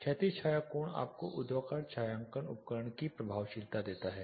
क्षैतिज छाया कोण आपको ऊर्ध्वाधर छायांकन उपकरण की प्रभावशीलता देता है